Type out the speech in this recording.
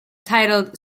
titled